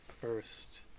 first